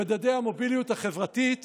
במדדי המוביליות החברתית